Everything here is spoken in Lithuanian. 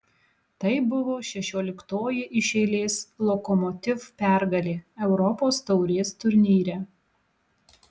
tai buvo šešioliktoji iš eilės lokomotiv pergalė europos taurės turnyre